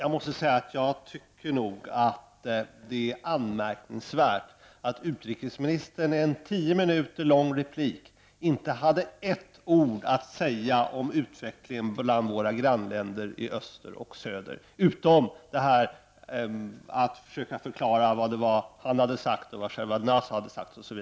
Herr talman! Jag tycker det är anmärkningsvärt att utrikesministern i en tio minuter lång replik inte hade ett enda ord att säga om utvecklingen i våra grannländer i öster och söder utom att försöka förklara vad han själv hade sagt och vad Sjevardnadze hade sagt.